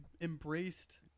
embraced